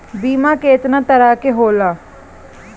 बीमा केतना तरह के होला?